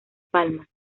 palmas